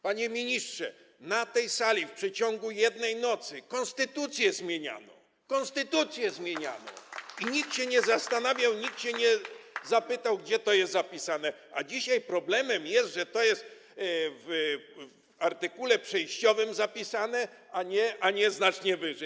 Panie ministrze, na tej sali w przeciągu jednej nocy konstytucję zmieniano, konstytucję zmieniano, i nikt się nie zastanawiał, nikt nie zapytał, gdzie to jest zapisane, a dzisiaj problemem jest, że to jest w artykule przejściowym zapisane, a nie znacznie wyżej.